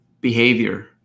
behavior